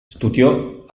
studiò